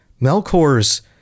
Melkor's